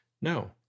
No